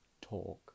talk